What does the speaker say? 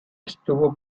estuvo